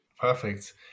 Perfect